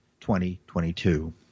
2022